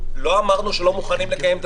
אחנו לא אמרנו שאנחנו לא מוכנים לקיים את